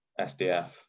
SDF